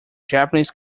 japanese